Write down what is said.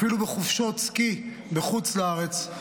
אפילו בחופשות סקי בחוץ לארץ.